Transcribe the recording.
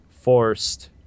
forced